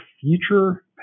future